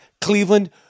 Cleveland